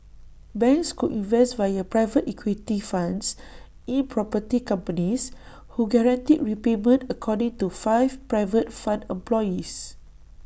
banks could invest via private equity funds in property companies who guaranteed repayment according to five private fund employees